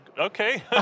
okay